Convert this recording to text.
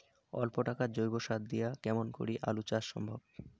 অল্প টাকার জৈব সার দিয়া কেমন করি আলু চাষ সম্ভব?